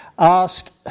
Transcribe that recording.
asked